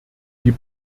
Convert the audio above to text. die